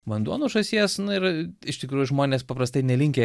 vanduo nuo žąsies na ir iš tikrųjų žmonės paprastai nelinkę